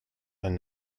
and